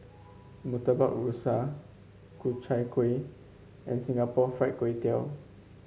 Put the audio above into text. Murtabak Rusa Ku Chai Kueh and Singapore Fried Kway Tiao